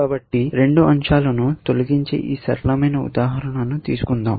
కాబట్టి రెండు అంశాలను తొలగించే ఈ సరళమైన ఉదాహరణను తీసుకుందాం